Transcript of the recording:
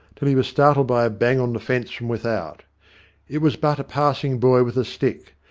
till he was startled by a bang on the fence from without it was but a passing boy with a stick,